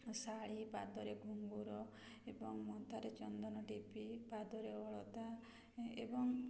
ଶାଢୀ ପାଦରେ ଘୁଙ୍ଗୁର ଏବଂ ମଥାରେ ଚନ୍ଦନ ଟିଭି ପାଦରେ ଅଳତା ଏବଂ